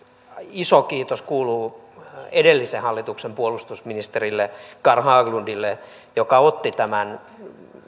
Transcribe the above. iso kiitos kuuluu edellisen hallituksen puolustusministerille carl haglundille joka otti tämän